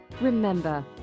Remember